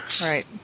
right